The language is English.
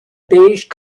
beige